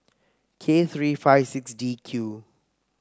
K three five six D Q